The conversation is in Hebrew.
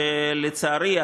שלצערי,